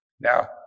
Now